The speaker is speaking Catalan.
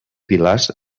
pilars